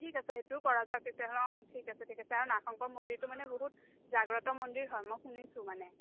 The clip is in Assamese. ঠিক আছে সেইটোও কৰা যাওক তেতিয়াহলে অঁ ঠিক আছে ঠিক আছে আৰু নাগ শংকৰ মন্দিৰটো মানে বহুত জাগ্ৰত মন্দিৰ হয় মই শুনিছোঁ মানে